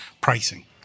pricing